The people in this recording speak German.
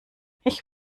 ich